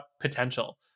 potential